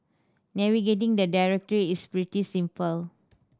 navigating the directory is pretty simple